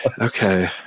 okay